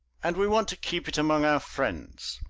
and we want to keep it among our friends.